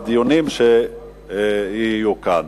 בדיונים שיהיו כאן.